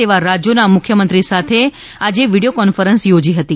તેવા રાજ્યોના મુખ્યમંત્રી સાથે આજે વિડીયો કોન્ફરન્સ યોજી હતી